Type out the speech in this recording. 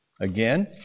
again